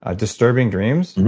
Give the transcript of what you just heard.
ah disturbing dreams.